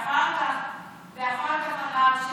ואחר כך אמר של